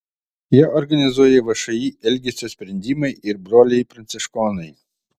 ją organizuoja všį elgesio sprendimai ir broliai pranciškonai